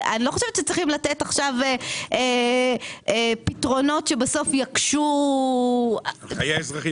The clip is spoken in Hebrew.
אני לא חושבת שצריך לתת פתרונות שיקשו על חיי הציבור.